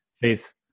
Faith